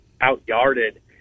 out-yarded